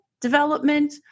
development